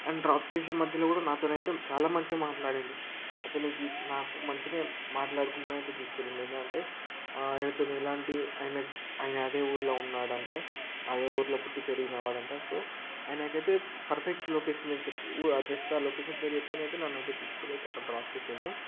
and drop చేసి మధ్యలో కూడా నాతోనే అయితే చాలా మంచిగా మాట్లాడిండు అతనికి నాకు మంచినే మాట్లాడకుంటూ అయితే తీసుకువెళ్లిండు ఎలా అంటే ఆయనతోని ఎలాంటి ఆయన అదే ఊర్లో ఉన్నాడు అంట అదే ఊర్లో పుట్టి పెరిగినవాడంట సో ఆయనకైతే పర్ఫెక్ట్ లోకేషన్ నేను చెప్పు జస్ట్ ఆ లొకేషన్ పేరు చెప్తేనే అయితే నన్నయితే తీసుకు వెళ్ళి అయితే అక్కడ డ్రాప్ చేసిండు